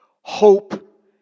Hope